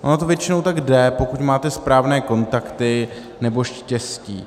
Ono to většinou tak jde, pokud máte správné kontakty nebo štěstí.